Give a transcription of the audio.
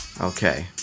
Okay